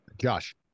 Josh